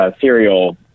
serial